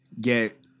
get